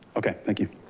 okay, thank you.